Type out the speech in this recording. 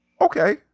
okay